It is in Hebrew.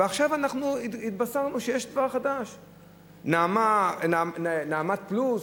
ועכשיו התבשרנו שיש דבר חדש, "נעמת פלוס",